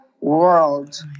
world